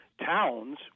Towns